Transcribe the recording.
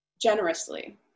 generously